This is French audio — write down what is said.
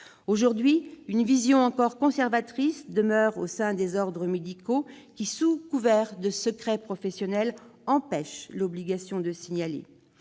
Aujourd'hui, une vision conservatrice demeure au sein des ordres médicaux, qui, sous couvert de respect du secret professionnel, s'opposent à l'obligation de signaler.